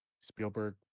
Spielberg